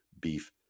Beef